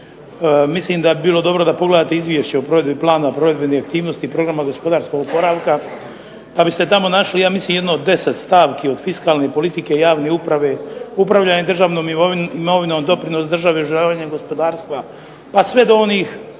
Mislim da bi bilo dobro da pogledate izvješće o provedbi plana provedbenih aktivnosti programa gospodarskog oporavka, pa biste tamo našli ja mislim jedno 10 stavki od fiskalne politike, javne uprave, upravljanja državnom imovinom, doprinos države, …/Ne razumije se./… gospodarstva, pa sve do onih